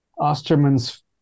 Osterman's